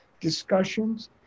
discussions